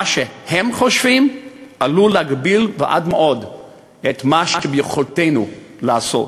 מה שהם חושבים עלול להגביל עד מאוד את מה שביכולתנו לעשות.